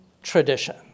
tradition